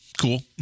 cool